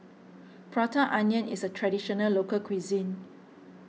Prata Onion is a Traditional Local Cuisine